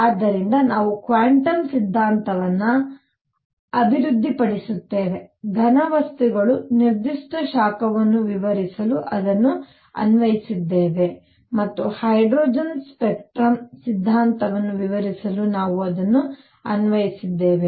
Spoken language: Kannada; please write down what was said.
ಆದ್ದರಿಂದ ನಾವು ಕ್ವಾಂಟಮ್ ಸಿದ್ಧಾಂತವನ್ನು ಅಭಿವೃದ್ಧಿಪಡಿಸುತ್ತೇವೆ ಘನವಸ್ತುಗಳ ನಿರ್ದಿಷ್ಟ ಶಾಖವನ್ನು ವಿವರಿಸಲು ಅದನ್ನು ಅನ್ವಯಿಸಿದ್ದೇವೆ ಮತ್ತು ಹೈಡ್ರೋಜನ್ ಸ್ಪೆಕ್ಟ್ರಮ್ ಸಿದ್ಧಾಂತವನ್ನು ವಿವರಿಸಲು ಅದನ್ನು ಅನ್ವಯಿಸಿದ್ದೇವೆ